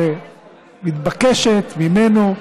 ומתבקש ממנו,